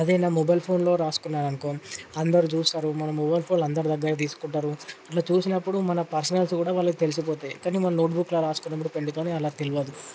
అదే నా మొబైల్ ఫోన్లో రాసుకున్నాను అనుకో అందరూ చూస్తారు మన మొబైల్ ఫోన్లో అందరి దగ్గర తీసుకుంటారు అట్లా చూసినప్పుడు మన పర్సనల్స్ కూడా వాళ్లకు తెలిసిపోతాయి కానీ మన నోట్ బుక్లో రాసుకున్నప్పుడు పెన్నుతోని అలా తెల్వదు